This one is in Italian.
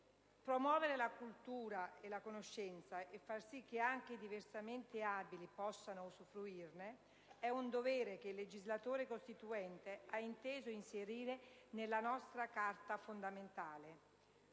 Promuovere la cultura e la conoscenza e far sì che anche i diversamente abili possano usufruirne è un dovere che il legislatore Costituente ha inteso inserire nella nostra Carta fondamentale.